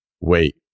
wait